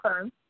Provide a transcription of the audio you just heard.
okay